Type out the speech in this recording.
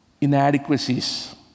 inadequacies